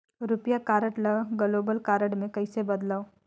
रुपिया कारड ल global card मे कइसे बदलव?